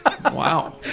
Wow